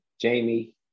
Jamie